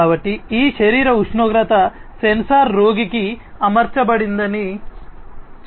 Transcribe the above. కాబట్టి ఈ శరీర ఉష్ణోగ్రత సెన్సార్ రోగికి అమర్చబడిందని చెప్పండి